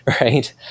right